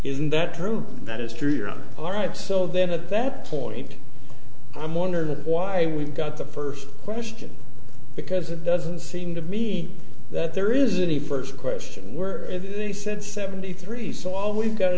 isn't that true that is true you're all right so then at that point i'm wondering why we've got the first question because it doesn't seem to me that there is any first question were they said seventy three so all we've got